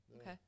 okay